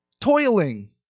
Toiling